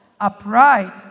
upright